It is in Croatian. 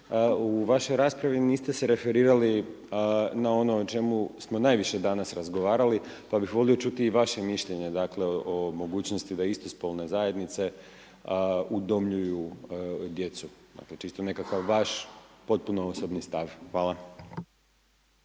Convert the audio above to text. u vašoj raspravi niste se referirali na ono o čemu smo najviše danas razgovarali, pa bih volio čuti i vaše mišljenje, dakle, o mogućnosti da istospolne zajednice udomljuju djecu, dakle, čisto nekakav vaš potpuno osobni stav. Hvala.